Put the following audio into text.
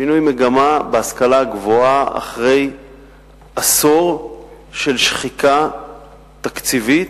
שינוי מגמה בהשכלה הגבוהה אחרי עשור של שחיקה תקציבית,